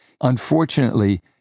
Unfortunately